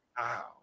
Wow